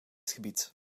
gebied